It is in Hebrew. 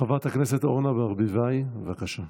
חברת הכנסת אורנה ברביבאי, בבקשה.